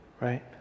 right